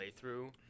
playthrough